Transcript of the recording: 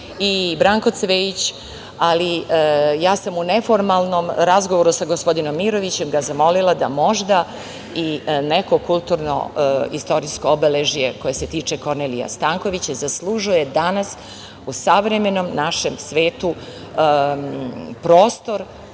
Branko Cvejić, ali ja sam u neformalnom razgovoru gospodina Mirovića zamolila da možda i neko kulturno-istorijsko obeležje koje se tiče Kornelija Stankovića zaslužuje danas u savremenom našem svetu prostor